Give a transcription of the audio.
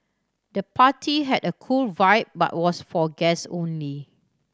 the party had a cool vibe but was for guess only